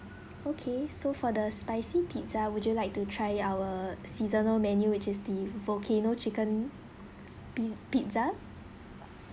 okay so for the spicy pizza would you like to try our seasonal menu which is the volcano chicken pi~ pizza